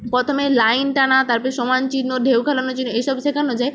প্রথমে লাইন টানা তারপরে সমান চিহ্ন ঢেউ খেলানো চিহ্ন এইসব শেখানো যায়